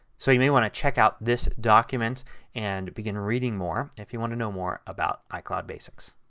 so you may want to check out this document and begin reading more if you want to know more about icloud basics.